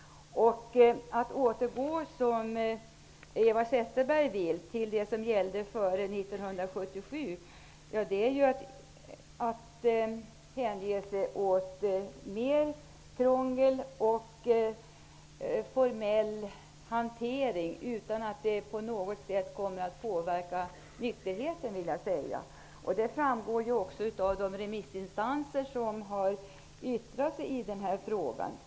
Att återgå, som Eva Zetterberg vill, till det som gällde före 1977 är att hänge sig åt mer krångel och formell hantering, utan att det på något sätt påverkar nykterheten. Det framgår också av de yttranden som remissinstanserna lämnat i denna fråga.